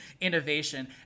Innovation